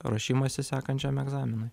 ruošimąsi sekančiam egzaminui